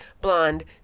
blonde